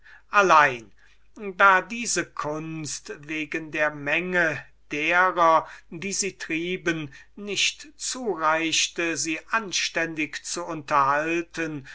allein da diese kunst wegen der menge derer die sie trieben nicht zureichte sie zu unterhalten